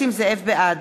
בעד